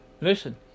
listen